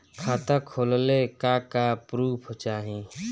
खाता खोलले का का प्रूफ चाही?